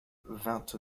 vingt